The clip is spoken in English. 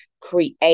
create